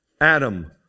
Adam